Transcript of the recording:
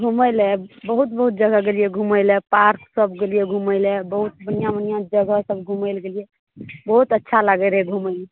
घुमय लए बहुत बहुत जगह गेलियै घुमय लए पार्क सब गेलियै घुमय लए बहुत बढ़िआँ बढ़िआँ जगह सब घुमय लए गेलियै बहुत अच्छा लागय रहय घुमयमे